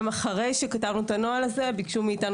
גם אחרי שכתבנו את הנוהל הזה ביקשו מאתנו